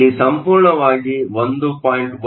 ಇಲ್ಲಿ ಸಂಪೂರ್ಣವಾಗಿ 1